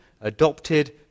adopted